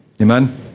Amen